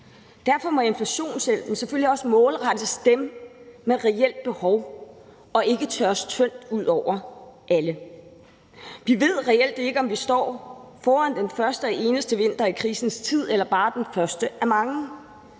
Derfor må inflationshjælpen selvfølgelig også målrettes dem med et reelt behov og ikke smøres ud i et tyndt lag over alle. Vi ved reelt ikke, om vi står foran den første og eneste vinter i krisens tid eller bare den første af mange